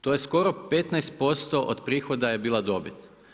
To je skoro 15% od prihoda je bila dobit.